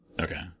Okay